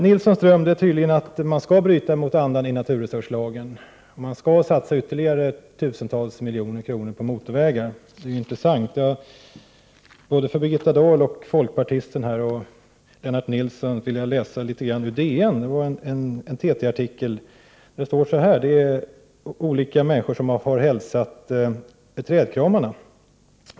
Nilssons dröm är tydligen att man skall bryta mot andan i naturresurslagen och att ytterligare tusentals miljoner kronor skall satsas på motorvägar. Det är intressant. Jag vill för både Birgitta Dahl, folkpartisten Anders Castberger och Lennart Nilsson tala om vad som står i en TT-artikel i DN. Det är olika människor som har hälsat med trädkramarna.